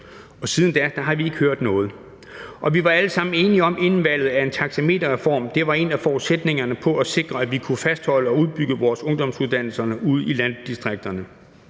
og siden da har vi ikke hørt noget. Og vi var alle sammen enige om inden valget, at en taxameterreform var en af forudsætningerne for at sikre, at vi kunne fastholde og udbygge vores ungdomsuddannelser ude i landdistrikterne;